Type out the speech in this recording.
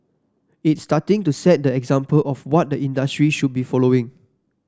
it's starting to set the example of what the industry should be following